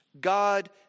God